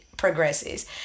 progresses